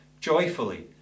joyfully